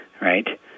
right